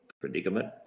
predicament